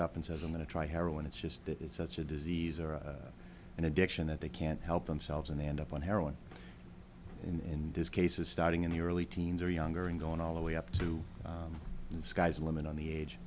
up and says i'm going to try heroin it's just that it's such a disease or an addiction that they can't help themselves and they end up on heroin in this case is starting in the early teens or younger and going all the way up to the sky's the limit on the age